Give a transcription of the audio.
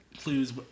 clues